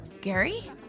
Gary